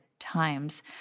Times